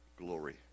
Glory